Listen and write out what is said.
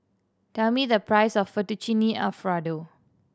tell me the price of Fettuccine Alfredo